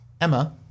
Emma